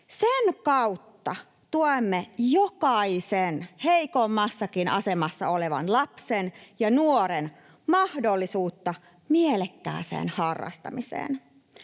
Sen kautta tuemme jokaisen, heikoimmassakin asemassa olevan, lapsen ja nuoren mahdollisuutta mielekkääseen harrastamiseen.